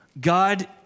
God